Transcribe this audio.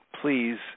please